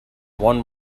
one